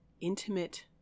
intimate